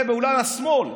אולי השמאל,